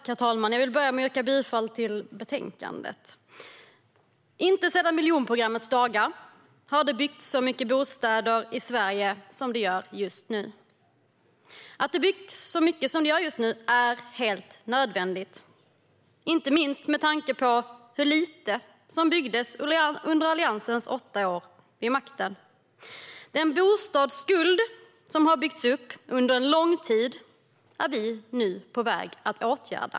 Herr talman! Jag vill börja med att yrka bifall till utskottets förslag i betänkandet. Inte sedan miljonprogrammets dagar har det byggts så många bostäder i Sverige som just nu. Att det byggs så mycket är helt nödvändigt, inte minst med tanke på hur lite som byggdes under Alliansens åtta år vid makten. Den bostadsskuld som har byggts upp under en lång tid är vi nu på väg att åtgärda.